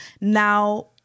now